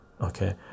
okay